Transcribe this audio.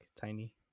tiny